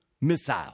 missile